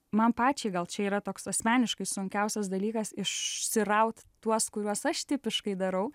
man pačiai gal čia yra toks asmeniškai sunkiausias dalykas išsiraut tuos kuriuos aš tipiškai darau